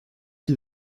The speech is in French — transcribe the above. qui